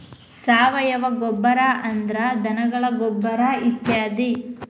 ಸಾವಯುವ ಗೊಬ್ಬರಾ ಅಂದ್ರ ಧನಗಳ ಗೊಬ್ಬರಾ ಇತ್ಯಾದಿ